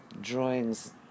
drawings